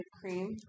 Cream